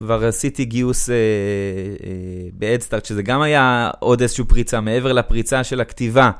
כבר עשיתי גיוס בהדסטארט שזה גם היה עוד איזושהי פריצה מעבר לפריצה של הכתיבה.